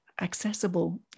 accessible